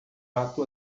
ato